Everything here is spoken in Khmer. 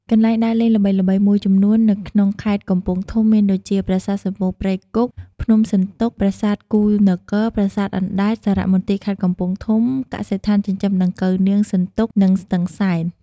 កន្លែងដើរលេងល្បីៗមួយចំនួននៅក្នុងខេត្តកំពង់ធំមានដូចជា ប្រាសាទសំបូរព្រៃគុក ភ្នំសន្ទុក ប្រាសាទគូហ៍នគរ ប្រាសាទអណ្ដែត សារមន្ទីរខេត្តកំពង់ធំ កសិដ្ឋានចិញ្ចឹមដង្កូវនាងសន្ទុក និងស្ទឹងសែន។